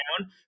down